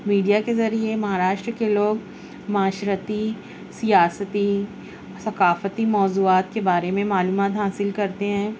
media کے ذریعے مہاراشٹر کے لوگ معاشرتی سیاستی ثقافتی موضوعات کے بارے میں معلومات حاصل کرتے ہیں